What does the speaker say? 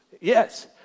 Yes